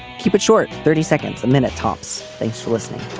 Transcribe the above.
keep it short thirty seconds a minute tops thanks for listening